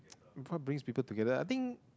what brings people together I think